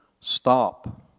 stop